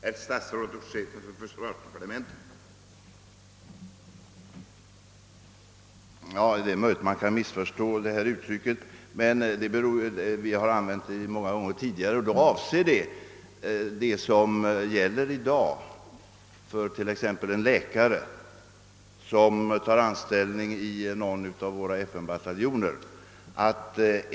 Herr talman! Det är möjligt att det uttryck som används i interpellationssvaret kan missförstås. Vi har emellertid begagnat det många gånger tidigare, och det avser vad som gäller i dag för t.ex. en läkare som tar anställning i någon av våra FN-bataljoner.